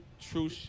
True